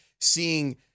seeing